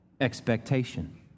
expectation